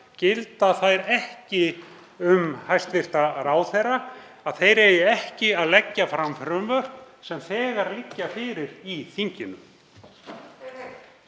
gilda þær ekki um hæstv. ráðherra, að þeir eigi ekki að leggja fram frumvörp sem þegar liggja fyrir í þinginu?